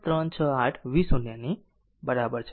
368 v 0 બરાબર છે